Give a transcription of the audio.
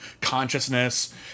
consciousness